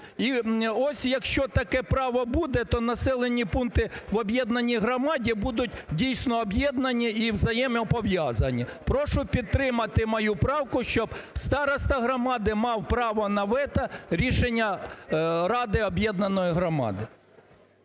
І ось, якщо таке право буде, то населені пункти в об'єднаній громаді будуть дійсно об'єднані і взаємопов'язані. Прошу підтримати мою правку, щоб староста громади мав право на вето, рішення ради об'єднаної громади.